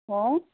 অঁ